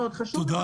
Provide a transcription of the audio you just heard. (היו"ר משה קינלי טור פז) תודה.